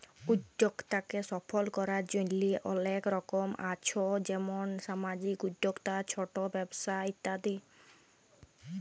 উদ্যক্তাকে সফল করার জন্হে অলেক রকম আছ যেমন সামাজিক উদ্যক্তা, ছট ব্যবসা ইত্যাদি